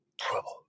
trouble